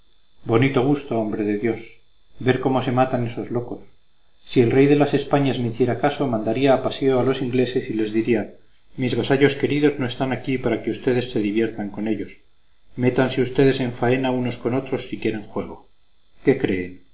bonito gusto hombre de dios ver cómo se matan esos locos si el rey de las españas me hiciera caso mandaría a paseo a los ingleses y les diría mis vasallos queridos no están aquí para que ustedes se diviertan con ellos métanse ustedes en faena unos con otros si quieren juego qué creen